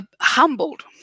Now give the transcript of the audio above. humbled